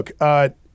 look